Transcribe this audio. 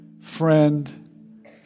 friend